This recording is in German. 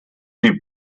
die